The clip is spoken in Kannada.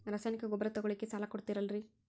ರಾಸಾಯನಿಕ ಗೊಬ್ಬರ ತಗೊಳ್ಳಿಕ್ಕೆ ಸಾಲ ಕೊಡ್ತೇರಲ್ರೇ?